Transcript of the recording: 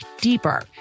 deeper